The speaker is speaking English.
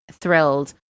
thrilled